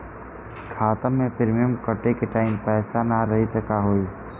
खाता मे प्रीमियम कटे के टाइम पैसा ना रही त का होई?